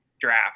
draft